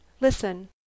Listen